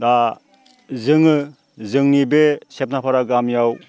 दा जोङो जोंनि बे सेबनाफारा गामियाव